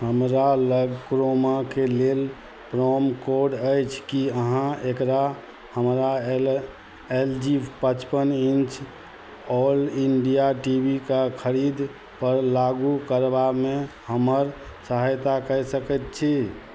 हमरालग क्रोमाके लेल प्रोमोकोड अछि कि अहाँ एकरा हमरा एल एल जी पचपन inch all India T V के खरिदपर लागू करबामे हमर सहायता कै सकै छी